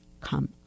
come